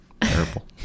Terrible